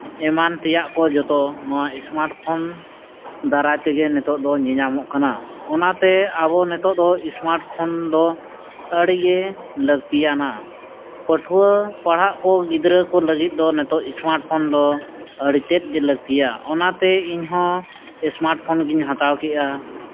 ᱮᱢᱟᱱ ᱛᱮᱭᱟᱜ ᱠᱚ ᱱᱚᱣᱟ ᱥᱢᱟᱨᱴᱯᱷᱳᱱ ᱫᱟᱨᱟᱭ ᱛᱮᱜᱮ ᱱᱤᱛᱚᱜ ᱫᱚ ᱧᱮᱞ ᱧᱟᱢᱚᱜ ᱠᱟᱱᱟ ᱚᱱᱟᱛᱮ ᱟᱵᱚ ᱱᱤᱛᱚᱜ ᱫᱚ ᱥᱢᱟᱨᱴᱯᱷᱳᱱ ᱫᱚ ᱟᱹᱰᱤᱜᱮ ᱞᱟᱹᱠᱛᱤᱭᱟᱱᱟ ᱯᱟᱹᱴᱷᱩᱣᱟᱹ ᱯᱟᱲᱦᱟᱜ ᱠᱚ ᱜᱤᱫᱽᱨᱟᱹ ᱠᱚ ᱞᱟᱹᱜᱤᱫ ᱫᱚ ᱱᱤᱛᱚᱜ ᱥᱢᱟᱨᱴᱯᱷᱳᱱ ᱫᱚ ᱟᱹᱰᱤ ᱛᱮᱫ ᱜᱮ ᱞᱟᱹᱠᱛᱤᱭᱟ ᱚᱱᱟᱛᱮ ᱤᱧᱦᱚᱸ ᱥᱢᱟᱨᱴᱯᱷᱳᱱ ᱜᱤᱧ ᱦᱟᱛᱟᱣ ᱠᱮᱫᱼᱟ